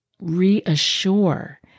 reassure